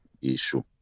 issue